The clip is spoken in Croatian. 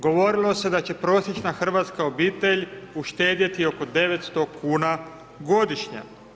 Govorilo se da će prosječna hrvatska obitelj uštedjeti oko 900,00 kn godišnja.